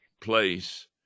place